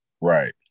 right